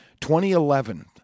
2011